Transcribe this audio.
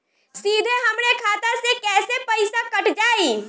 सीधे हमरे खाता से कैसे पईसा कट जाई?